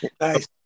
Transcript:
nice